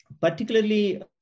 particularly